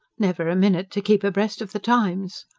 never a minute to keep abreast of the times.